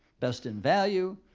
best in value.